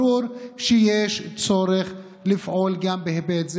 ברור שיש צורך לפעול גם בהיבט זה.